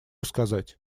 сказать